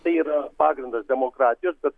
tai yra pagrindas demokratijos bet